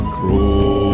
crawl